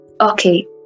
Okay